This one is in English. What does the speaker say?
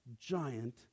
giant